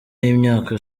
y’imyaka